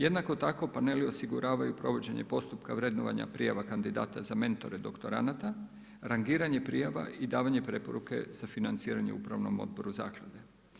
Jednako tako paneli osiguravaju provođenje postupka vrednovanja prijava kandidata za mentore doktoranata, rangiranje prijava i davanje preporuke za financiranje upravnom odboru zaklade.